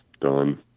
done